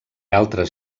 altres